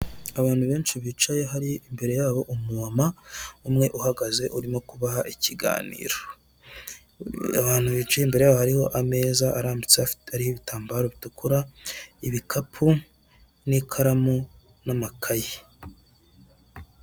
Abantu benshi bicaye hari imbere yabo umumama umwe uhagaze urimo kubaha ikiganiro, abantu bicaye imbere yabo hariho ameza arambitse afite ibitambaro bitukura, ibikapu n'ikaramu n'amakaye.